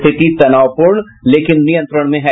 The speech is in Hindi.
स्थिति तनावपूर्ण लेकिन नियंत्रण में है